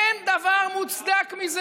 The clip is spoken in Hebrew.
אין דבר מוצדק מזה.